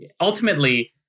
ultimately